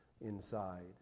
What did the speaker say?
inside